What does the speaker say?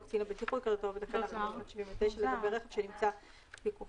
או קצין בטיחות כהגדרתו בתקנה 579 לגבי רכב שנמצא בפיקוחו,"